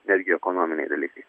netgi ekonominiai dalykai